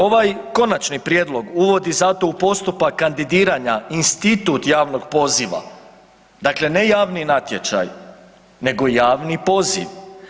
Ovaj konačni prijedlog uvodi zato u postupak kandidiranja institut javnog poziva, dakle ne javni natječaj nego javni poziv.